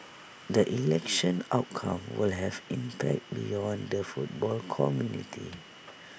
the election outcome will have impact beyond the football community